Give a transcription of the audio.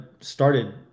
started